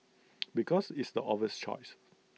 because it's the obvious choice